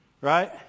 Right